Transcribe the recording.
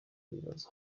bibaza